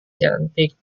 cantik